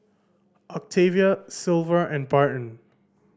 Octavia Silver and Barton